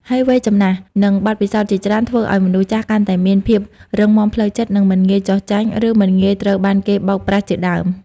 ហើយវ័យចំណាស់ និងបទពិសោធន៍ជាច្រើនធ្វើឱ្យមនុស្សចាស់កាន់តែមានភាពរឹងមាំផ្លូវចិត្ត មិនងាយចុះចាញ់ ឬមិនងាយត្រូវបានគេបោកប្រាស់ជាដើម។